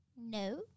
No